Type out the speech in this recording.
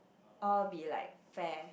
all be like fair